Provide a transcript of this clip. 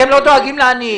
אתם לא דואגים לעניים.